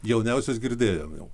jauniausias girdėjom jau